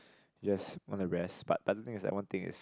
yes want to rest but the other thing is that one thing is